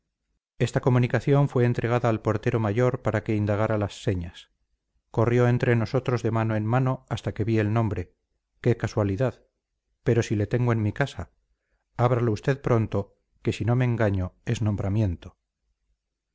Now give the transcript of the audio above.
esta comunicación fue entregada al portero mayor para que indagara las señas corrió entre nosotros de mano en mano hasta que vi el nombre qué casualidad pero si le tengo en mi casa ábralo usted pronto que si no me engaño es nombramiento